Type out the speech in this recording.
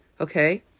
Okay